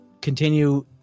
Continue